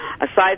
Aside